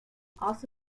also